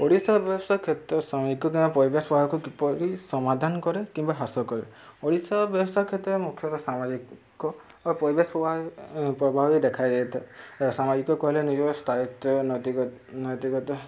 ଓଡ଼ିଶା ବ୍ୟବସାୟ କ୍ଷେତ୍ର ସାମାଜିକ କିମ୍ବା ପରିବେଶ ପ୍ରଭାବକୁ କିପରି ସମାଧାନ କରେ କିମ୍ବା ହ୍ରାସ କରେ ଓଡ଼ିଶା ବ୍ୟବସାୟ କ୍ଷେତ୍ରରେ ମୁଖ୍ୟତଃ ସାମାଜିକ ବା ପରିବେଶ ପ୍ର ପ୍ରଭାବରେ ଦେଖାଯାଇଥାଏ ସାମାଜିକ କହିଲେ ନିଜର ସ୍ଥାାୟୀତ୍ୱ ନୈତି ନୈତିକତା